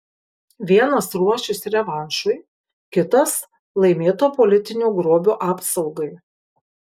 vienas ruošis revanšui kitas laimėto politinio grobio apsaugai